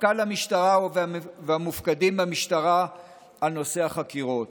מפכ"ל המשטרה והמופקדים במשטרה על נושאי החקירות".